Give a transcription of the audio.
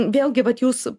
vėlgi vat jūs